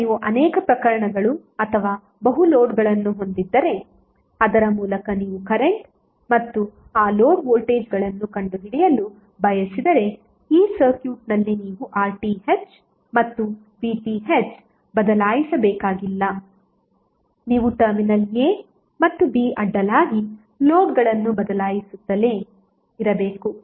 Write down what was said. ಈಗ ನೀವು ಅನೇಕ ಪ್ರಕರಣಗಳು ಅಥವಾ ಬಹು ಲೋಡ್ಗಳನ್ನು ಹೊಂದಿದ್ದರೆ ಅದರ ಮೂಲಕ ನೀವು ಕರೆಂಟ್ ಮತ್ತು ಆ ಲೋಡ್ ವೋಲ್ಟೇಜ್ಗಳನ್ನು ಕಂಡುಹಿಡಿಯಲು ಬಯಸಿದರೆ ಈ ಸರ್ಕ್ಯೂಟ್ನಲ್ಲಿ ನೀವು RTh ಮತ್ತು VThಬದಲಾಯಿಸಬೇಕಾಗಿಲ್ಲ ನೀವು ಟರ್ಮಿನಲ್ a ಮತ್ತು b ಅಡ್ಡಲಾಗಿ ಲೋಡ್ಗಳನ್ನು ಬದಲಾಯಿಸುತ್ತಲೇ ಇರಬೇಕು